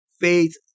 faith